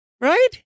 right